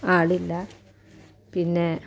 ആളില്ല പിന്നെ